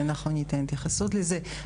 אנחנו ניתן התייחסות לזה.